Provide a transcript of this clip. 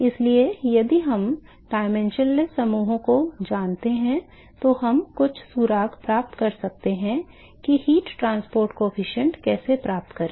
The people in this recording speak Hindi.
इसलिए यदि हम आयामहीन समूहों को जानते हैं तो हम कुछ सुराग प्राप्त कर सकते हैं कि ऊष्मा परिवहन गुणांक कैसे प्राप्त करें